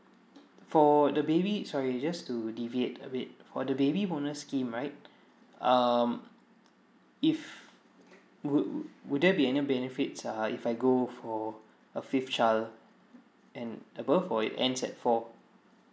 for the baby sorry just to deviate a bit for the baby bonus scheme right um if would w~ would there be any benefits ah if I go for a fifth child and above or it ends at four